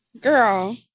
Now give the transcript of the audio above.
Girl